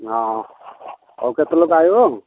ହଁ ହଉ କେତେ ଲୋକ ଆସିବ